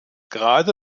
gerade